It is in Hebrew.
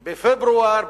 בפברואר,